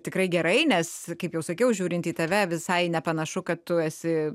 tikrai gerai nes kaip jau sakiau žiūrint į tave visai nepanašu kad tu esi